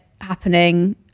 happening